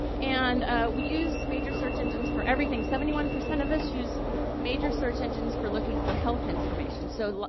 and we use major search engines for everything. seventy one percent of us use major search engines for looking for health information. so, like